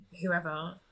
whoever